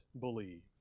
believe